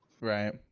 Right